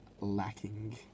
lacking